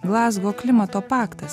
glazgo klimato paktas